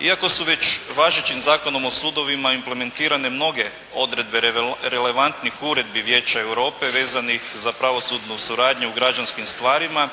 Iako su već važećim Zakonom o sudovima implementirane mnoge odredbe relevantnih uredbi Vijeća Europe vezanih za pravosudnu suradnju u građanskim stvarima,